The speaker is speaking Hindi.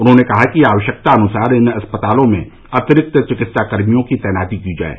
उन्होंने कहा कि आवश्यकता अनुसार इन अस्पतालों में अतिरिक्त चिकित्सा कर्मियों की तैनाती की जाये